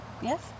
Yes